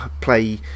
play